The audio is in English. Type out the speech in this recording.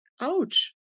Ouch